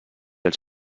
els